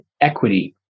equity